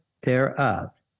thereof